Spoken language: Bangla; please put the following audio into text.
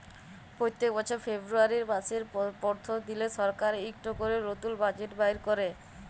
প্যত্তেক বছর ফেরবুয়ারি ম্যাসের পরথম দিলে সরকার ইকট ক্যরে লতুল বাজেট বাইর ক্যরে